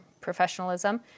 professionalism